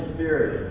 Spirit